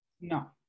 No